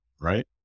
right